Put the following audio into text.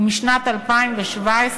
ומשנת 2017,